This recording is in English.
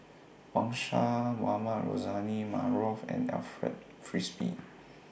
Wang Sha Mohamed Rozani Maarof and Alfred Frisby